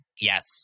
Yes